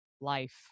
life